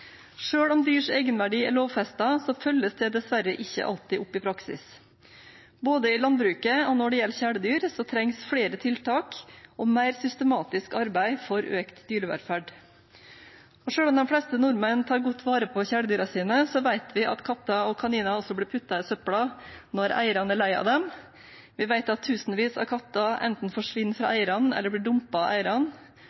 om dyrs egenverdi er lovfestet, følges det dessverre ikke alltid opp i praksis. Både i landbruket og når det gjelder kjæledyr, trengs flere tiltak og mer systematisk arbeid for økt dyrevelferd. Selv om de fleste nordmenn tar godt vare på kjæledyrene sine, vet vi at katter og kaniner også blir puttet i søpla når eierne er lei av dem. Vi vet at tusenvis av katter enten forsvinner fra